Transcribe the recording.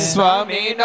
Swami